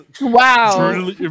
wow